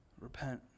Repent